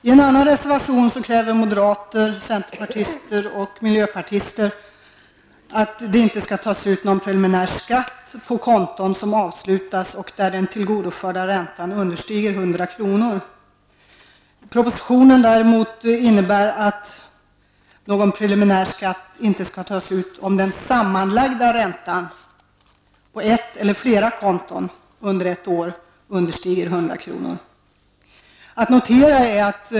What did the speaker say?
I en annan reservation kräver moderater, centerpartister och miljöpartister att det inte skall tas ut någon preliminär skatt på konton som avslutas och där den tillgodoförda räntan understiger 100 kr. I propositionen föreslås det att någon preliminär skatt inte skall tas ut, om den sammanlagda räntan på ett eller flera konton under ett år understiger 100 kr.